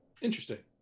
Interesting